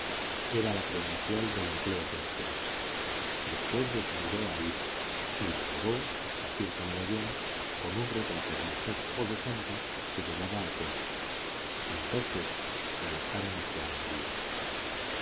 era la credencial del empleo que deseaba después desnudó a iwa y le robó hasta cierto medallón con un retrato de mujer o de santa que llevaba al cuello entonces se alejaron hacia almería